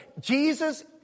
Jesus